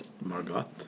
Margot